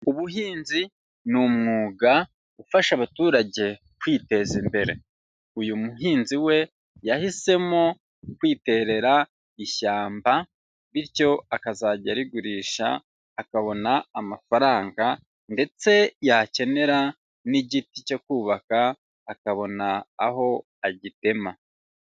Ubuhinzi ni umwuga ufasha abaturage kwiteza imbere, uyu muhinzi we yahisemo kwiterera ishyamba, bityo akazajya arigurisha akabona amafaranga ndetse yakenera n'igiti cyo kubaka akabona aho agitema.